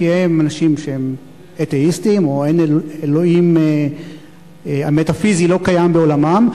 כי הם אנשים שהם אתאיסטים או האלוהים המטאפיזי לא קיים בעולמם,